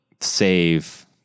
save